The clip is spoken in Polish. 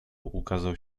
ukazał